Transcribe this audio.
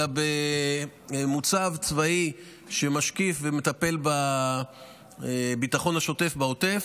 אלא במוצב צבאי שמשקיף ומטפל בביטחון השוטף בעוטף,